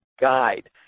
guide